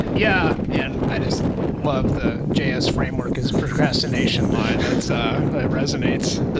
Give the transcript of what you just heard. yeah, and i just love the js framework as procrastination line. that so resonates.